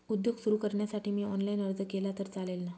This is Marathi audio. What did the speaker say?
उद्योग सुरु करण्यासाठी मी ऑनलाईन अर्ज केला तर चालेल ना?